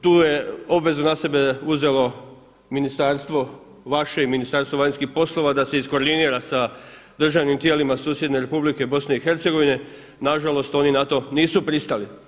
Tu je obvezu na sebe uzelo ministarstvo vaše i Ministarstvo vanjskih poslova da se izkordinira sa državnim tijelima susjedne Republike BiH, nažalost, oni na to nisu pristali.